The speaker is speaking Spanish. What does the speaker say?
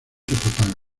propaga